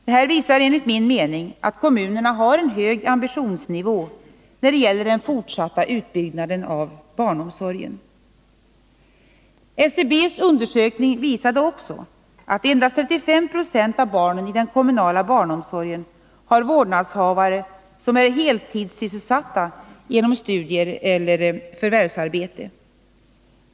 Detta visar enligt min mening att kommunerna har en hög ambitionsnivå när det gäller den fortsatta utbyggnaden av barnomsorgen. SCB:s undersökning visade också att endast 35 26 av barnen i den kommunala barnomsorgen har vårdnadshavare som är heltidssysselsatta genom studier eller förvärvsarbete.